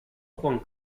juan